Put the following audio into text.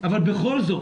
אבל בכל זאת